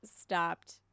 stopped